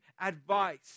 advice